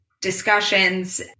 discussions